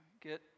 get